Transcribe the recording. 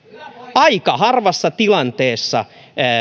aika harvassa tilanteessa